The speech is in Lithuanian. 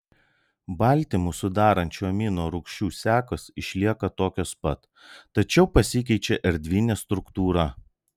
baltymus sudarančių amino rūgčių sekos išlieka tokios pat tačiau pasikeičia erdvinė struktūra